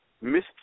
Miss